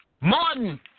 Martin